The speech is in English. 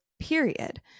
period